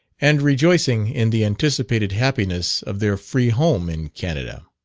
and rejoicing in the anticipated happiness of their free home in canada.